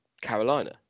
Carolina